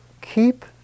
keep